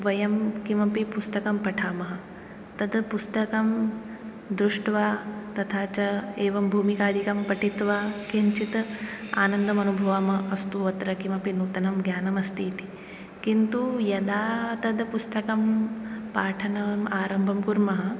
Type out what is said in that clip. वयं किमपि पुस्तकं पठामः तत्पुस्तकं दृष्ट्वा तथा च एवं भूमिकादिकं पठित्वा किञ्चित् आनन्दम् अनुभवामः अस्तु अत्र किमपि नूतनं ज्ञानम् अस्ति इति किन्तु यदा तत्पुस्तकं पाठनम् आरम्भं कुर्मः